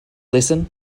listen